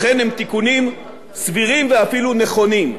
לכן הם תיקונים סבירים ואפילו נכונים.